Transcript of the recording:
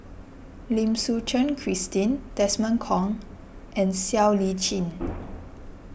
Lim Suchen Christine Desmond Kon and Siow Lee Chin